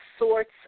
sorts